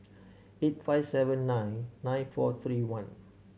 eight five seven nine nine four three one